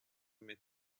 met